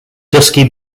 dusky